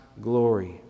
glory